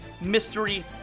mystery